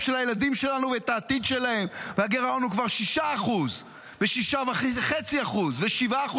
של הילדים שלנו ואת העתיד שלהם והגירעון הוא כבר 6% ו-6.5% ו-7%.